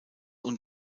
und